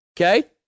okay